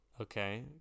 Okay